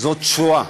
זאת שואה?